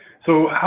so,